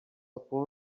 upon